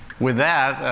with that,